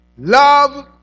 Love